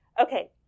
Okay